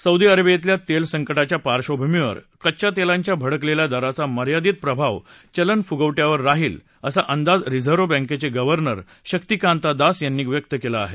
Saudi अरेबियातल्या तेल संकटाच्या पार्डभूमीवर कच्च्या तेलांच्या भडकलेल्या दराचा मर्यादित प्रभाव चलनफुगवट्यावर राहील असा अंदाज रिझर्व्ह बँकेचे गव्हर्नर शक्तिकांत दास यांनी व्यक्त केला आहे